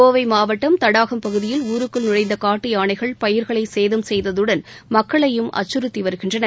கோவை மாவட்டம் தடாகம் பகுதியில் ஊருக்குள் நுழைந்த காட்டு யானைகள் பயிர்களை சேதம் செய்ததுடன் மக்களையும் அச்சுறுத்தி வருகின்றன